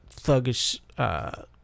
thuggish